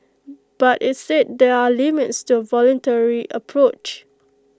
but IT said there are limits to A voluntary approach